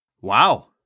Wow